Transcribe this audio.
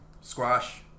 Squash